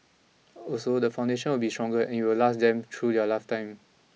also the foundation will be stronger and it will last them through their lifetime